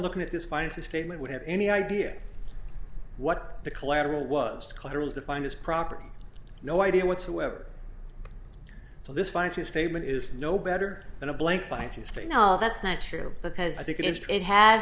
looking at this financial statement would have any idea what the collateral was collateral is defined as property no idea whatsoever so this financial statement is no better than a blank blank screen all that's not true because i think if it has